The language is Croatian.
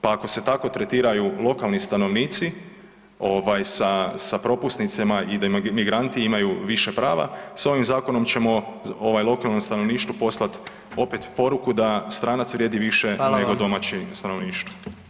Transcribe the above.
Pa ako se tako tretiraju lokali stanovnici, ovaj, sa propusnicama i da imigranti imaju više prava, s ovim zakonom ćemo ovaj lokalno stanovništvo poslati opet poruku da stranac vrijedi više nego [[Upadica: Hvala vam.]] domaće stanovništvo.